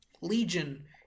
legion